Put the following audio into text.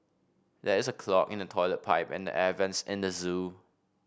there is a clog in the toilet pipe and the air vents at the zoo